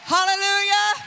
Hallelujah